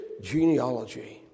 genealogy